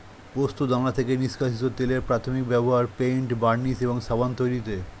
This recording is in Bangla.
পোস্তদানা থেকে নিষ্কাশিত তেলের প্রাথমিক ব্যবহার পেইন্ট, বার্নিশ এবং সাবান তৈরিতে